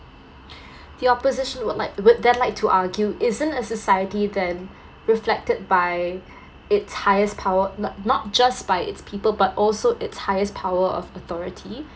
the opposition would like would then like to argue isn't a society then reflected by it's highest power no not just by it's people but also it's highest power of authority